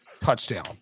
touchdown